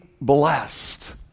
blessed